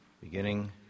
beginning